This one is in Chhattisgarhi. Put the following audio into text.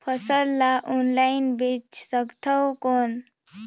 फसल ला ऑनलाइन बेचे सकथव कौन?